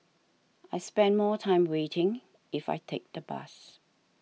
I'll spend more time waiting if I take the bus